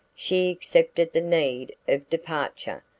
she accepted the need of departure,